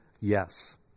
yes